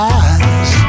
eyes